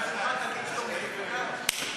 ההצעה להעביר את הצעת חוק האזרחים הוותיקים (תיקון,